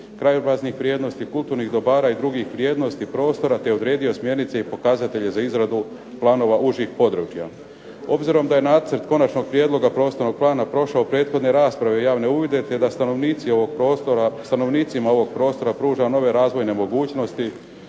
krajobraznih vrijednosti, kulturnih dobara i drugih vrijednosti prostora te odredio smjernice i pokazatelje za izradu planova užih područja. Obzirom da je nacrt konačnog prijedloga Prostornog plana prošao prethodne rasprave i javne uvide te da stanovnicima ovog prostora pruža nove razvojne mogućnosti